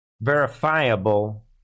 verifiable